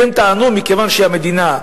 כי הם טענו: מכיוון שהמדינה,